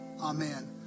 Amen